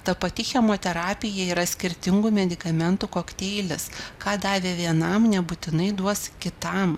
ta pati chemoterapija yra skirtingų medikamentų kokteilis ką davė vienam nebūtinai duos kitam